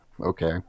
okay